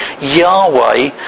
Yahweh